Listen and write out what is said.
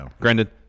Granted